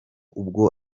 ubwo